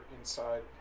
inside